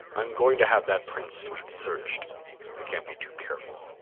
i'm going to have that prince suite searched we can't be too careful.